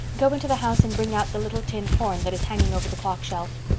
go into the house and bring out the little tin horn that is hanging over the clock shelf.